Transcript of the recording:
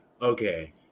Okay